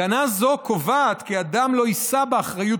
הגנה זו קובעת כי אדם לא יישא באחריות